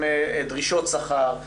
עם דרישות שכר,